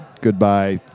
Goodbye